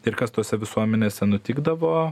ir kas tose visuomenėse nutikdavo